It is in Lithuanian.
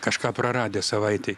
kažką praradęs savaitei